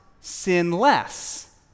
sinless